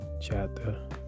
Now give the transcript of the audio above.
chapter